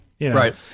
Right